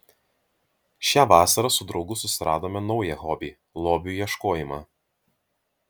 šią vasarą su draugu susiradome naują hobį lobių ieškojimą